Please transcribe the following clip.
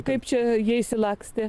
kaip čia jie išsilakstė